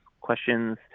questions